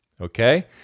Okay